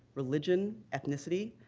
religion, ethnicity.